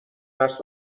است